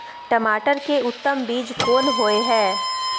टमाटर के उत्तम बीज कोन होय है?